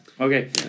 Okay